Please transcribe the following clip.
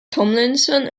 tomlinson